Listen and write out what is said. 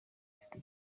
ufite